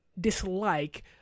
dislike